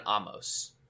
Amos